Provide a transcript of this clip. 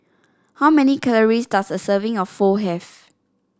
how many calories does a serving of Pho have